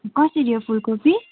कसरी हो फुलकोपी